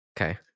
Okay